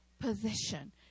position